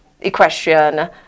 equestrian